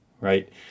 right